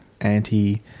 anti